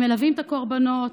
הם מלווים את הקורבנות,